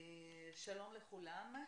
שלום לכולם,